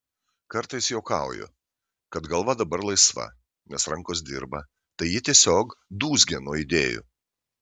kartais juokauju kad galva dabar laisva nes rankos dirba tai ji tiesiog dūzgia nuo idėjų